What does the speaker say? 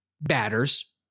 batters